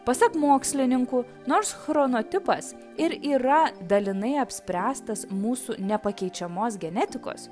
pasak mokslininkų nors chronotipas ir yra dalinai apspręstas mūsų nepakeičiamos genetikos